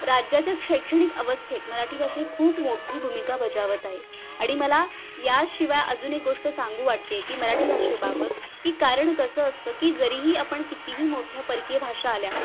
राज्याच्या शैक्षणिक अवस्थेत मराठी भाषा ही खूप मोठी भूमिका बजावत आहे आणि मला याशिवाय अजून एक गोष्ट सांगू वाटते आहे की मराठी भाषेबाबत की कारण कसं असतं की जरीही आपण कितीही मोठ्या परकीय भाषा आल्या